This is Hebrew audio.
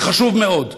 זה חשוב מאוד.